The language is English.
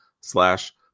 slash